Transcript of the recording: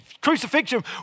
Crucifixion